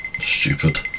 Stupid